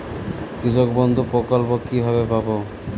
কৃষকবন্ধু প্রকল্প কিভাবে পাব?